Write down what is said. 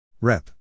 Rep